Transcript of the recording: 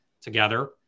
together